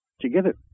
together